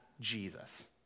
Jesus